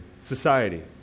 society